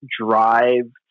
drive